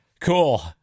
Cool